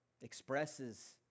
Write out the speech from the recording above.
expresses